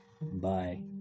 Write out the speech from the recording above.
bye